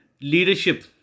leadership